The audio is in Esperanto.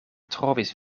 trovis